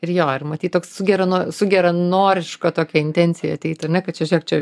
ir jo ir matyt toks su gerano su geranoriška tokia intencija ateiti ar ne kad čia žiūrėk čia